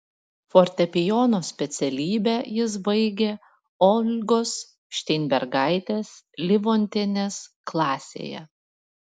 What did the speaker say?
fortepijono specialybę jis baigė olgos šteinbergaitės livontienės klasėje